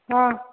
हा